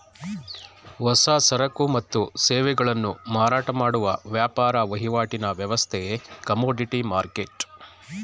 ಹೊಸ ಸರಕು ಮತ್ತು ಸೇವೆಗಳನ್ನು ಮಾರಾಟ ಮಾಡುವ ವ್ಯಾಪಾರ ವಹಿವಾಟಿನ ವ್ಯವಸ್ಥೆ ಕಮೋಡಿಟಿ ಮರ್ಕೆಟ್